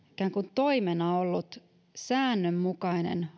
toimena ollut säännönmukainen